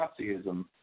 Nazism